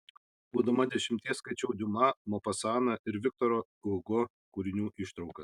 būdama dešimties skaičiau diuma mopasaną ir viktoro hugo kūrinių ištraukas